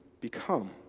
become